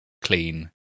clean